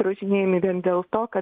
drožinėjami vien dėl to kad